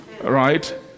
right